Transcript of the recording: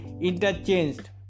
interchanged